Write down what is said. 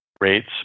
rates